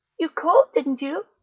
you called, didn't you.